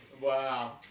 Wow